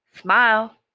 Smile